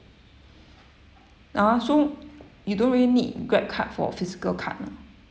ah so you don't really need Grab card for physical card lah